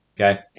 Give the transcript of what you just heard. okay